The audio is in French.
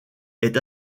est